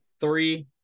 three